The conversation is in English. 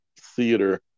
theater